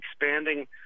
expanding